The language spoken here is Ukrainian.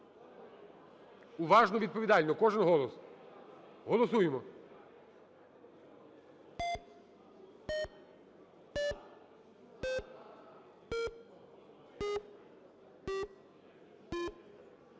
Уважно, відповідально. Кожен голос. Голосуємо.